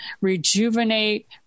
rejuvenate